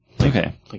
Okay